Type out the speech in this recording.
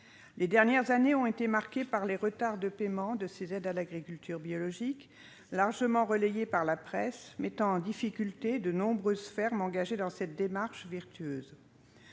Les dernières années ont été marquées par des retards de paiement de ces aides, largement relayés par la presse ; ils mettent en difficulté de nombreuses fermes engagées dans cette démarche vertueuse.